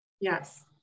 Yes